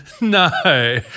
No